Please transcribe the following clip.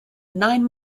nine